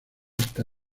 esta